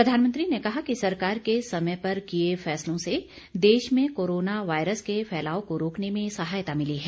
प्रधानमंत्री ने कहा कि सरकार के समय पर किए फैसलों से देश में कोरोना वायरस के फैलाव को रोकने में सहायता मिली है